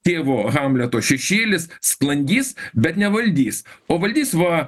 tėvo hamleto šešėlis sklandys bet ne valdys o valdys va